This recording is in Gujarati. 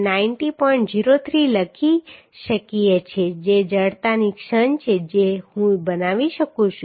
03 લખી શકીએ જે જડતાની ક્ષણ છે જે હું બનાવી શકું છું